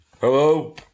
Hello